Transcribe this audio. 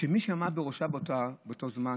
שמי שעמד בראשה באותו זמן,